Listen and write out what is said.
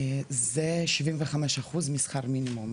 זה 75% משכר המינימום,